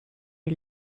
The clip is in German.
die